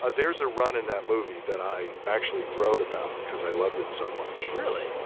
ah there's a run in that movie that i actually wrote about because i loved it so much really?